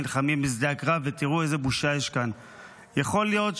נלחמים בשדה הקרב ותראו איזה בושה יש כאן.